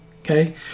Okay